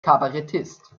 kabarettist